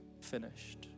finished